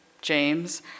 James